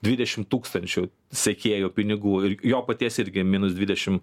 dvidešim tūkstančių sekėjų pinigų ir jo paties irgi minus dvidešim